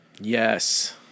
Yes